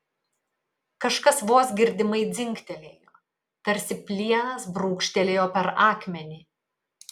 kažkas vos girdimai dzingtelėjo tarsi plienas brūkštelėjo per akmenį